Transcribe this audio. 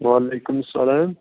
وعلیکُم سلام